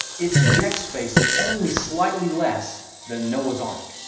its deckspace is only slightly less than noah's ark,